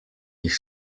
jih